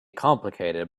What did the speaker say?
complicated